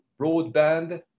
broadband